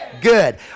Good